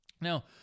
Now